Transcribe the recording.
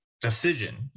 decision